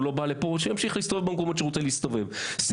תן לו להמשיך להסתובב במקומות שהוא מסתובב בהם,